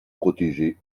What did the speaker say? protégés